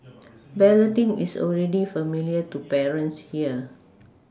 balloting is already familiar to parents here